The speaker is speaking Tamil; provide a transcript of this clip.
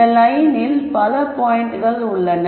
இந்த லயனில் பல பாயிண்ட்கள் உள்ளன